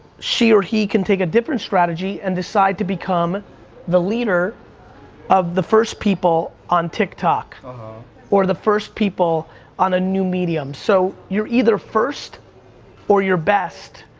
she or he can take a different strategy and decide to become the leader of the first people on tiktok or the first people on a new media. um so you're either first or you're best.